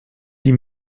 die